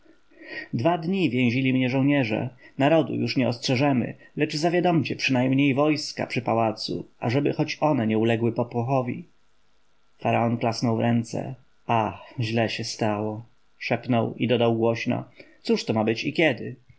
dwa dni więzili mnie żołnierze narodu już nie ostrzeżemy lecz zawiadomcie przynajmniej wojska przy pałacu ażeby choć one nie uległy popłochowi faraon klasnął w ręce ach źle się stało szepnął i dodał głośno cóż to ma być i kiedy